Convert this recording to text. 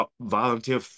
volunteer